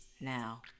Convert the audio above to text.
now